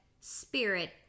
spirit